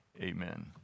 amen